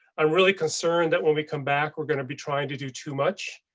i'm really concerned that when we come back, we're going to be trying to do too much.